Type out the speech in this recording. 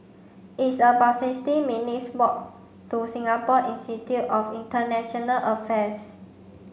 it's about sixty minutes' walk to Singapore Institute of International Affairs